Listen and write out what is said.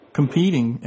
competing